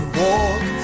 walk